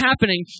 happening